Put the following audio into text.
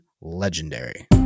legendary